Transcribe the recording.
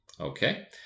Okay